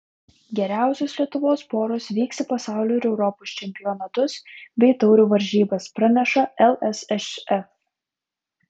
geriausios lietuvos poros vyks į pasaulio ir europos čempionatus bei taurių varžybas praneša lsšf